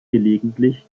gelegentliche